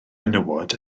menywod